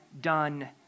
done